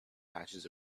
patches